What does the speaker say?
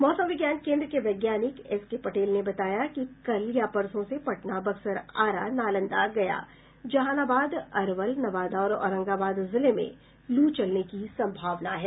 मौसम विज्ञान केन्द्र के वैज्ञानिक एसके पटेल ने बताया कि कल या परसों से पटना बक्सर आरा नालंदा गया जहानाबाद अरवल नवादा और औरंगाबाद जिले में लू चलने की सम्भावना है